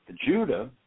Judah